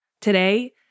Today